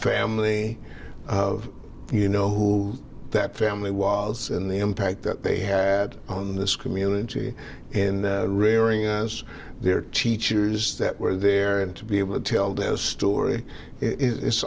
family of you know who that family was and the impact that they had on this community and raring and their teachers that were there and to be able to tell their story it's